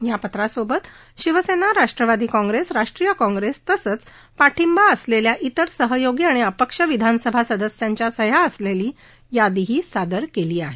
या पत्रासोबत शिवसेना राष्ट्रवादी काँग्रेस राष्ट्रीय काँग्रेस तसंच पाठिंबा असलेल्या इतर सहयोगी आणि अपक्ष विधानसभा सदस्यांच्या सहया असलेली यादीही सादर केली आहे